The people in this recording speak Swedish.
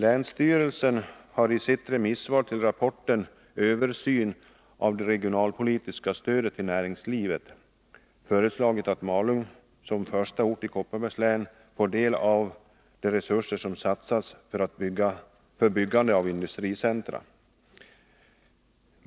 Länsstyrelsen har i sitt remissvar till rapporten ”Översyn av det regionalpolitiska stödet till näringslivet” föreslagit att Malung som första ort i Kopparbergs län får del av de resurser som satsas för byggande avindustricentra.